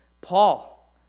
Paul